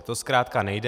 To zkrátka nejde.